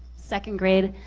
second grade,